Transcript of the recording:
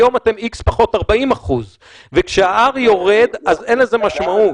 היום אתם X פחות 40%. וכשה-R יורד אז אין לזה משמעות.